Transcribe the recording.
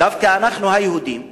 "דווקא אנחנו היהודים,